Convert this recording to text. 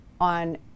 on